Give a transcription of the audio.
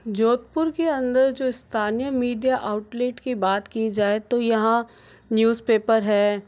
जोधपुर के अंदर जो स्थानीय मीडिया आउटलेट की बात की जाए तो यहाँ न्यूज़पेपर है